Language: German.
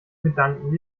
gedanken